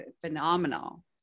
phenomenal